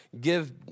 give